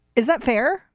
is that fair?